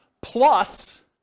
plus